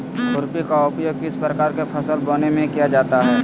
खुरपी का उपयोग किस प्रकार के फसल बोने में किया जाता है?